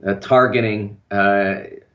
targeting